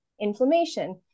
inflammation